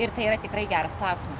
ir tai yra tikrai geras klausimas